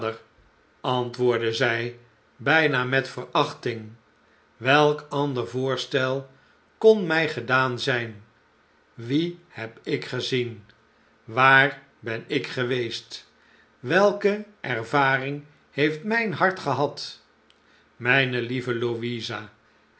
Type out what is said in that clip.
antwoordde zij bij na met verachting welk ander voorstel kon mh gedaan zijn wie heb ik gezien waar ben ik geweest welke ervaring heeft mijn hart gehad mijne lieve louisa